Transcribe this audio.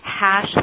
hash